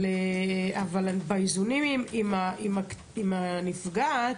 אבל באיזונים עם הנפגעת,